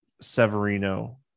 Severino